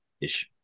issue